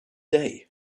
day